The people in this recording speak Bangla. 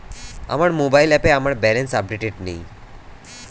আমার মোবাইল অ্যাপে আমার ব্যালেন্স আপডেটেড নেই